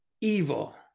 evil